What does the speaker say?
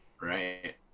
right